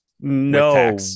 No